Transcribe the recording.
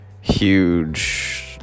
huge